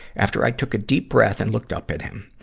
after i took a deep breath and looked up at him,